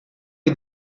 est